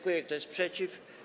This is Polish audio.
Kto jest przeciw?